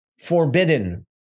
forbidden